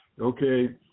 Okay